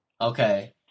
Okay